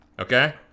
okay